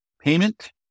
payment